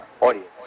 audience